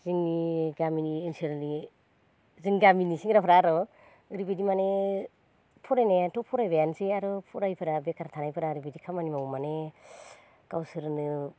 जोंनि गामिनि ओनसोलनि जोंनि गामिनि सेंग्राफ्रा आर' ओरैबायदि माने फरायनायाथ' फरायबायानसै आर' फरायिफोरा बेखार थानाय फोरा ओरैबायदि खामानि मावो माने गावसोरनो